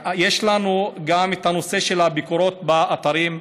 יש לנו גם את הנושא של הביקורות באתרים.